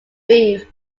beef